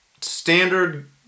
standard